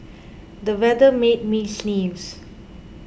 the weather made me sneeze